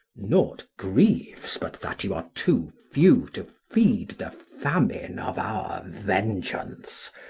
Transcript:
naught grieves but that you are too few to feed the famine of our vengeance.